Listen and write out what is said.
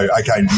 okay